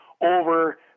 over